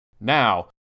Now